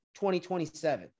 2027